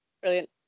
Brilliant